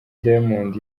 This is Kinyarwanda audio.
diamond